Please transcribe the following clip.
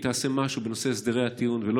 אם היא תעשה משהו בנושא הסדרי הטיעון ולא